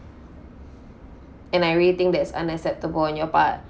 and I really think that is unacceptable on your part